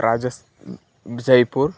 ರಾಜಸ್ Jaipur